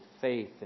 faith